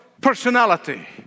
personality